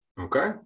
Okay